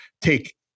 take